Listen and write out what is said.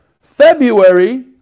February